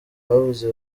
bavuze